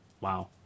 Wow